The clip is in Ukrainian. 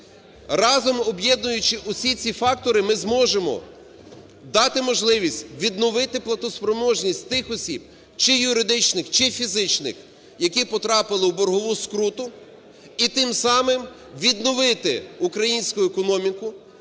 Разом об'єднуючи всі ці фактори, ми зможемо дати можливість відновити платоспроможність тих осіб, чи юридичних, чи фізичних, які потрапили у боргову скруту, і тим самим відновити українську економіку,